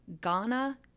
Ghana